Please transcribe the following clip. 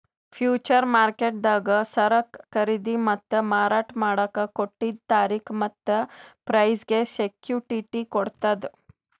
future ಮಾರ್ಕೆಟ್ದಾಗ್ ಸರಕ್ ಖರೀದಿ ಮತ್ತ್ ಮಾರಾಟ್ ಮಾಡಕ್ಕ್ ಕೊಟ್ಟಿದ್ದ್ ತಾರಿಕ್ ಮತ್ತ್ ಪ್ರೈಸ್ಗ್ ಸೆಕ್ಯುಟಿಟಿ ಕೊಡ್ತದ್